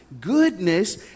goodness